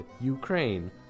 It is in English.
Ukraine